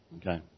Okay